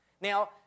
now